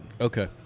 Okay